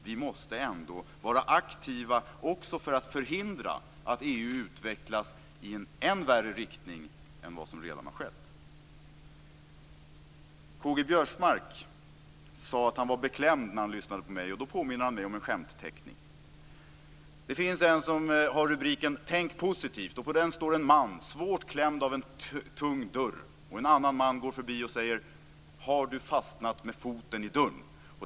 Vi måste ändå vara aktiva också för att förhindra att EU utvecklas i en än värre riktning än vad som redan har skett. K-G Biörsmark sade att han blev beklämd när han lyssnade på mig. Då påminde han mig om en skämtteckning. Det finns en som har rubriken Tänk positivt! På den står en man svårt klämd av en tung dörr och en annan man går förbi och säger: "Har du fastnat med foten i dörren?"